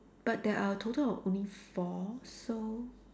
but there are a total of only four so